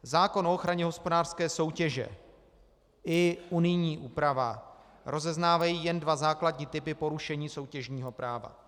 Zákon o ochraně hospodářské soutěže i unijní úprava rozeznávají jen dva základní typy porušení soutěžního práva.